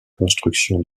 construction